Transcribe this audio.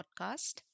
Podcast